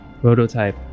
Prototype